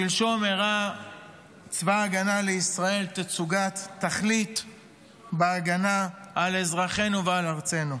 שלשום הראה צבא ההגנה לישראל תצוגת תכלית בהגנה על אזרחינו ועל ארצנו.